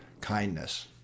kindness